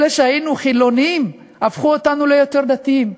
אלה שהיו חילונים, הפכו אותנו ליותר דתיים.